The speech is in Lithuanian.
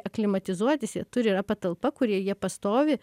aklimatizuotis jie turi yra patalpa kurioj jie pastovi